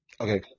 Okay